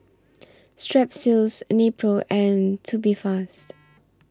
Strepsils Nepro and Tubifast